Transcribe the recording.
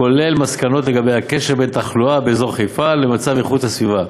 כולל מסקנות לגבי הקשר בין תחלואה באזור חיפה למצב איכות הסביבה,